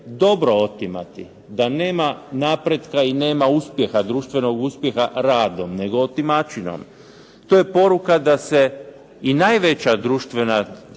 dobro otimati, da nema napretka i društvenog uspjeha radom, nego otimačinom. To je poruka da se i najveća društvena